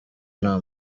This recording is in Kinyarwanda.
nta